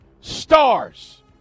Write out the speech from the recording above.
stars